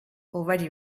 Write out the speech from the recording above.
already